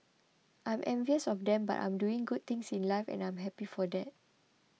I'm envious of them but I'm doing good things in life and I am happy for that